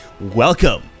welcome